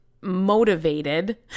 motivated